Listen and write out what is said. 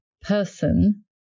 person